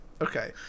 Okay